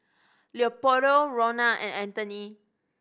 Leopoldo Ronna and Anthoney